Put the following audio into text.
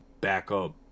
backup